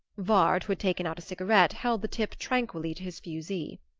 vard, who had taken out a cigarette, held the tip tranquilly to his fusee.